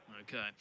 Okay